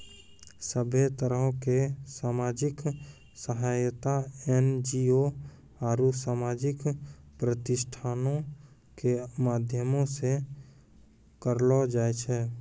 सभ्भे तरहो के समाजिक सहायता एन.जी.ओ आरु समाजिक प्रतिष्ठानो के माध्यमो से करलो जाय छै